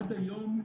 עד היום,